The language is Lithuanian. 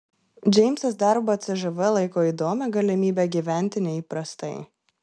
džeimsas darbą cžv laiko įdomia galimybe gyventi neįprastai